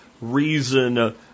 reason